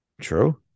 True